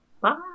bye